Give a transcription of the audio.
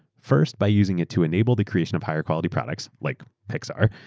first, by using it to enable the creation of higher quality products like pixar,